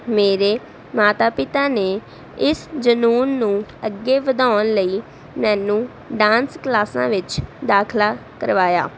ਮੇਰੇ ਮਾਤਾ ਪਿਤਾ ਨੇ ਇਸ ਜਨੂਨ ਨੂੰ ਅੱਗੇ ਵਧਾਉਣ ਲਈ ਮੈਨੂੰ ਡਾਂਸ ਕਲਾਸਾਂ ਵਿੱਚ ਦਾਖਲ ਕਰਵਾਇਆ